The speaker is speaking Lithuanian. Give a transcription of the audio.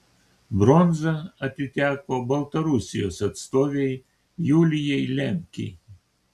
bronza atiteko baltarusijos atstovei julijai lemkei